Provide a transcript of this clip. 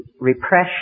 repression